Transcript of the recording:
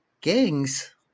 gangs